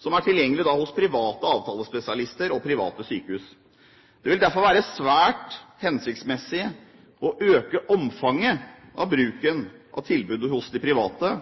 tilgjengelig hos private avtalespesialister og private sykehus. Det vil derfor være svært hensiktsmessig å øke omfanget av bruken av tilbudet hos de private,